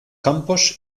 campos